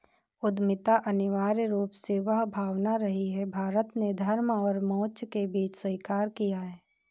उद्यमिता अनिवार्य रूप से वह भावना रही है, भारत ने धर्म और मोक्ष के बीच स्वीकार किया है